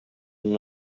non